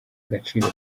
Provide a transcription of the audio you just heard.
agaciro